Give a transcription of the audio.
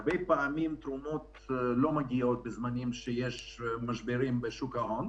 הרבה פעמים תרומות לא מגיעות בזמן משברים בשוק ההון.